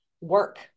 work